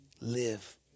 live